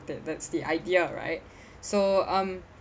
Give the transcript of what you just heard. that that's the idea right so um